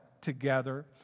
together